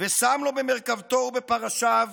ושם לו במרכבתו ובפרשיו